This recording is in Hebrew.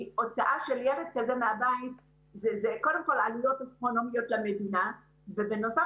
כי הוצאה של ילד כזה מהבית כרוכה בעלויות אסטרונומיות למדינה והרבה